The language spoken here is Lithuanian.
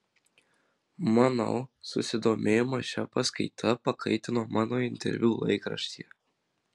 manau susidomėjimą šia paskaita pakaitino mano interviu laikraštyje